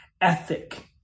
ethic